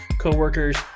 coworkers